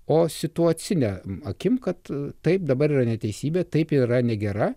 o situacinę akim kad taip dabar yra neteisybė taip yra negera